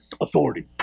Authority